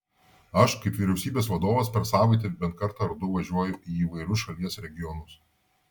aš kaip vyriausybės vadovas per savaitę bent kartą ar du važiuoju į įvairius šalies regionus